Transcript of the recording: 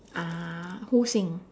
ah who sing